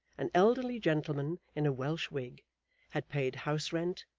an elderly gentleman in a welsh wig had paid house-rent,